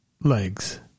legs